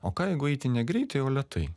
o ką jeigu eiti ne greitai o lėtai